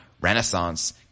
renaissance